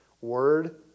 Word